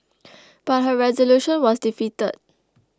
but her resolution was defeated